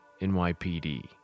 NYPD